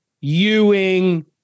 Ewing